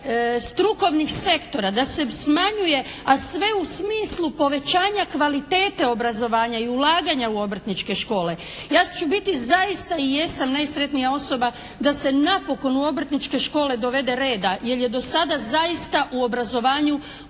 strukovnih sektora, da se smanjuje, a sve u smislu povećanja kvalitete obrazovanja i ulaganja u obrtničke škole. Ja ću biti zaista i jesam najsretnija osoba da se napokon u obrtničke škole dovede reda, jer je do sada zaista u obrazovanju